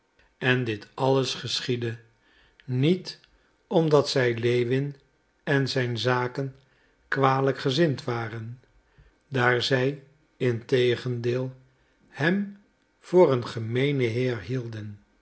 en dit alles geschiedde niet omdat zij lewin en zijn zaken kwalijk gezind waren daar zij integendeel hem voor een gemeenen heer hielden